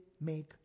make